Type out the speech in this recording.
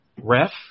ref